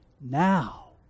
now